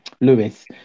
Lewis